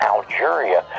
Algeria